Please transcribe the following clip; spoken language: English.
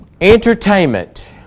Entertainment